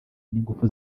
n’ingufu